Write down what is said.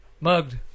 Mugged